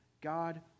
God